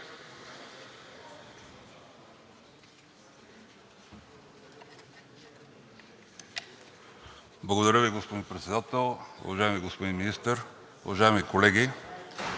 Благодаря Ви, господин Председател. Уважаеми господин Министър, уважаеми колеги!